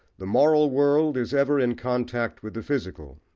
the moral world is ever in contact with the physical,